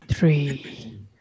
three